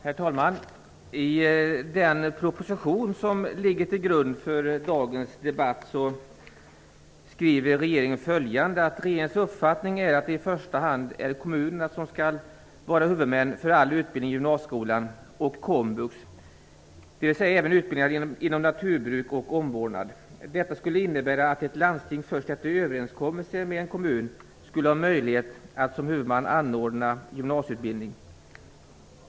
Herr talman! I den proposition som ligger till grund för dagens debatt skriver regeringen följande: "Regeringens uppfattning är att det i första hand är kommunerna som skall vara huvudmän för all utbildning i gymnasieskolan och komvux, dvs. även utbildningar inom naturbruk och omvårdnad. Detta skulle innebära att ett landsting först efter överenskommelse med en kommun skulle ha möjlighet att som huvudman anordna gymnasieutbildning.